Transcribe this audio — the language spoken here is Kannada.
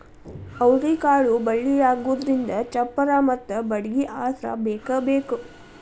ಅವ್ರಿಕಾಳು ಬಳ್ಳಿಯಾಗುದ್ರಿಂದ ಚಪ್ಪರಾ ಮತ್ತ ಬಡ್ಗಿ ಆಸ್ರಾ ಬೇಕಬೇಕ